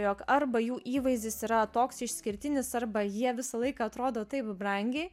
jog arba jų įvaizdis yra toks išskirtinis arba jie visą laiką atrodo taip brangiai